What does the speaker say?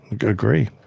agree